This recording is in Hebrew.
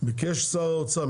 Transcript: ביקש שר האוצר,